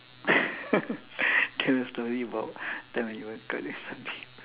tell a story about that when you were caught doing something